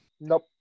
Nope